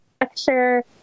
lecture